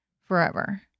forever